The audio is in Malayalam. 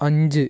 അഞ്ച്